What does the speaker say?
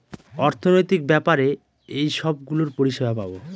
অর্থনৈতিক ব্যাপারে এইসব গুলোর পরিষেবা পাবো